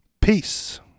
Peace